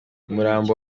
umurambo